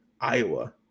Iowa